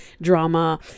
drama